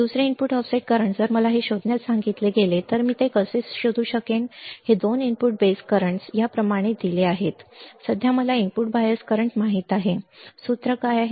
दुसरे input offset current जर मला हे शोधण्यास सांगितले गेले तर मी हे कसे शोधू शकेन हे 2 इनपुट बेस करंट्स याप्रमाणे दिले आहेत सध्या मला इनपुट बायस करंट माहित आहे सूत्र काय आहे